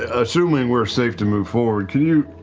ah assuming we're safe to move forward, can you,